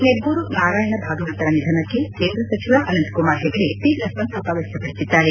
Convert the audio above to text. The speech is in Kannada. ನೆಬ್ದೂರು ನಾರಾಯಣ ಭಾಗವತರ ನಿಧನಕ್ಕೆ ಕೇಂದ್ರ ಸಚಿವ ಅನಂತಕುಮಾರ್ ಹೆಗಡೆ ತೀವ್ರ ಸಂತಾಪ ವ್ಯಕ್ತಪಡಿಸಿದ್ದಾರೆ